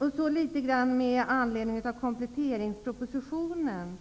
ord med anledning av kompletteringspropositionen.